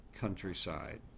countryside